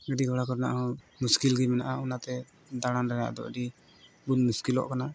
ᱜᱟᱹᱰᱤ ᱜᱷᱚᱲᱟ ᱠᱚᱨᱮᱱᱟᱜ ᱦᱚᱸ ᱢᱩᱥᱠᱤᱞ ᱜᱮ ᱢᱮᱱᱟᱜᱼᱟ ᱚᱱᱟᱛᱮ ᱫᱟᱬᱟᱱ ᱨᱮᱱᱟᱜ ᱫᱚ ᱟᱹᱰᱤ ᱵᱚᱱ ᱢᱩᱥᱠᱤᱞᱚᱜ ᱠᱟᱱᱟ